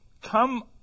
Come